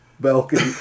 balcony